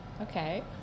Okay